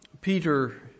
Peter